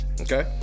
okay